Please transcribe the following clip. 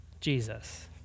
Jesus